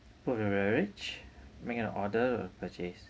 food and beverage make an order or purchase